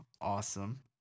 awesome